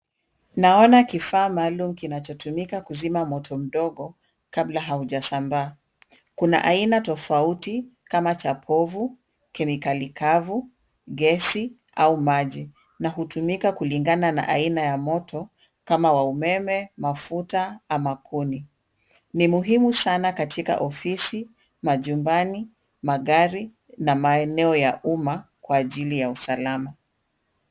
Naona kifaa maalum kinachotumika kuzima moto mdogo kabla haujasambaa. Kuna aina tofauti kama cha povu, kemikali kavu, gesi au maji na hutumika kulingana na aina ya moto kama wa umeme, mafuta ama kuni. Ni muhimu sana katika ofisi, majumbani, magari na maeneo ya umma kwa ajili ya usalama.